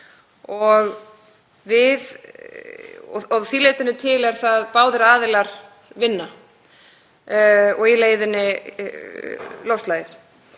Að því leytinu til eru það báðir aðilar sem vinna og í leiðinni loftslagið.